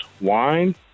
wine